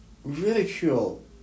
ridicule